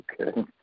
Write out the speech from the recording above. Okay